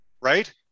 right